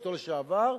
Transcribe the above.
אשתו לשעבר,